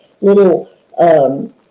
little